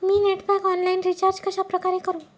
मी net pack online recharge कशाप्रकारे करु?